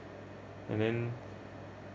and then